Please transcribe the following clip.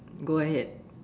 go ahead